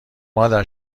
مادر